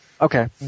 Okay